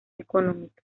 económica